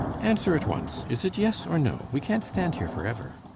answer at once is it yes or no? we can't stand here forever.